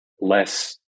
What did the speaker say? less